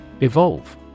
Evolve